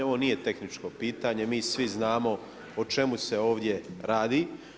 Ovo nije tehničko pitanje, mi svi znamo o čemu se ovdje radi.